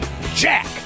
jack